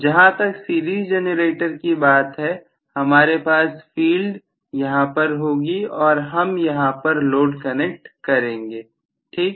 जहां तक series generator की बात है हमारे पास फील्ड यहां पर होगी और हम यहां पर लोड कनेक्ट करेंगे ठीक